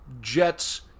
Jets